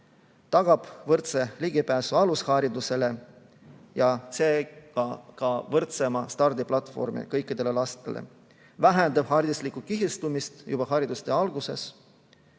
tagab võrdse ligipääsu alusharidusele ja seega ka võrdsema stardiplatvormi kõikidele lastele ning vähendab hariduslikku kihistumist juba haridustee alguses.